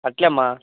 అట్లే అమ్మ